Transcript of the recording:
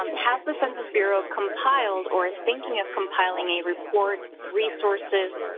um has the census bureau compiled or is thinking of compiling a report, resources,